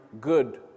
good